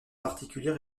particulière